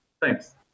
Thanks